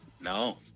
No